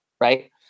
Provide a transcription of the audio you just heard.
right